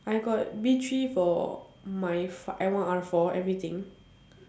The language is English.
I got B three for my f~ L one R four everything